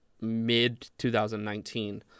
mid-2019